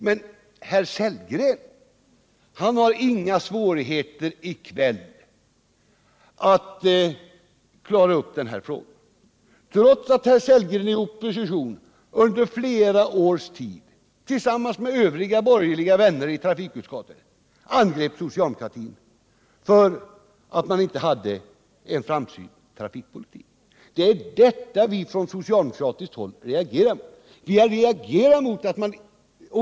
Men herr Sellgren har inga svårigheter i kväll att klara upp den här frågan trots att han i opposition under flera års tid tillsammans med övriga borgerliga vänner i trafikutskottet angrep socialdemokratin för att den inte hade en framsynt trafikpolitik. Det är detta vi från socialdemokratiskt håll reagerar mot.